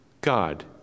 God